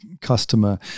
customer